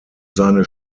seine